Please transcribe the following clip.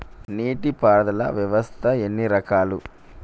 నీటి పారుదల వ్యవస్థ ఎన్ని రకాలు?